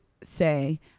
say